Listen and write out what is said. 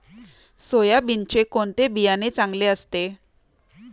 सोयाबीनचे कोणते बियाणे चांगले असते?